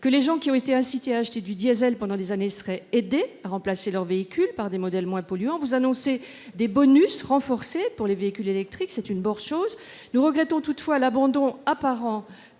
que les personnes qui ont été incitées à acheter du diesel pendant des années seraient aidées à remplacer leurs véhicules par des modèles moins polluants. Vous avez également annoncé des bonus renforcés pour les véhicules électriques. C'est une bonne chose. Nous regrettons toutefois l'abandon apparent